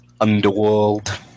underworld